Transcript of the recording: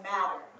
Matter